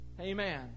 Amen